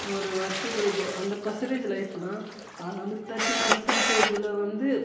ஒரு வருஷத்தில் இப்போ ஹண்ட்ரட் பர்சென்டேஜ் லைஃப்ன்னா அதில் வந்து தேர்ட்டி பர்சென்டேஜில் வந்து